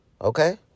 Okay